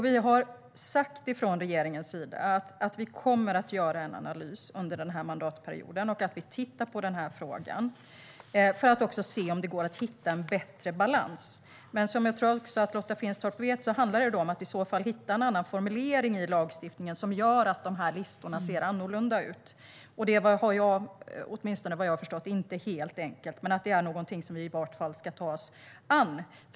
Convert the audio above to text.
Vi från regeringen har sagt att vi kommer att göra en analys under den här mandatperioden för att titta på frågan och se om det går att hitta en bättre balans. Men som Lotta Finstorp vet handlar det om att hitta en annan formulering i lagstiftningen som gör att listorna blir annorlunda. Såvitt jag har förstått är det inte helt enkelt, men det är i varje fall något som vi ska ta oss an.